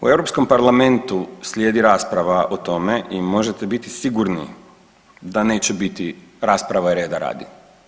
U Europskom parlamentu slijedi rasprava o tome i možete biti sigurni da neće biti rasprave reda radi.